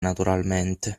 naturalmente